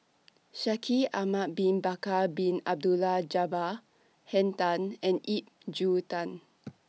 Shaikh Ahmad Bin Bakar Bin Abdullah Jabbar Henn Tan and Ip Tung